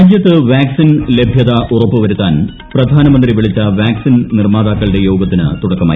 രാജ്യത്ത് വാക്സിൻ ലഭ്യത ഉറപ്പുവരുത്താൻ പ്രധാനമന്ത്രി വിളിച്ചു വാക്സിൻ നിർമ്മാതാക്കളുടെ യോഗത്തിന് തുടക്കമായി